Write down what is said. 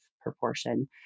proportion